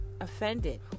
offended